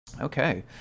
Okay